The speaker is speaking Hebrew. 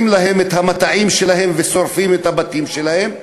להם את המטעים שלהם ושורפים את הבתים שלהם,